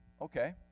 Okay